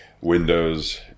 windows